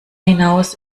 hinaus